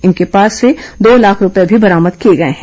इनके पास से दो लाख रूपए भी बरामद किए गए हैं